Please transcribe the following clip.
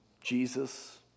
Jesus